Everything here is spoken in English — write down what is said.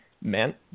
meant